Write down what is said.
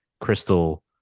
crystal